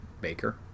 Baker